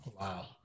Wow